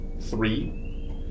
three